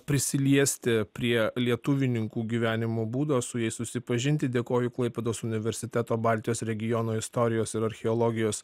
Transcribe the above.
prisiliesti prie lietuvininkų gyvenimo būdo su jais susipažinti dėkoju klaipėdos universiteto baltijos regiono istorijos ir archeologijos